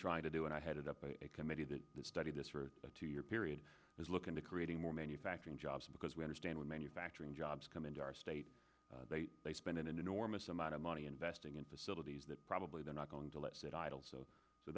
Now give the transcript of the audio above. trying to do and i headed up a committee that studied this for a two year period is look into creating more manufacturing jobs because we understand when manufacturing jobs come into our state they spend an enormous amount of money investing in facilities that probably they're not going to let sit idle so so